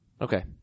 Okay